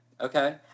Okay